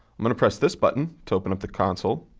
i'm going to press this button to open up the console,